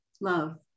Love